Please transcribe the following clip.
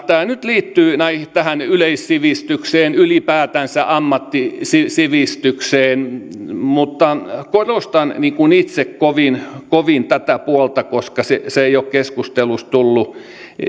tämä nyt liittyy tähän yleissivistykseen ylipäätänsä ammattisivistykseen korostan itse kovin kovin tätä puolta koska se se ei ole keskustelussa tullut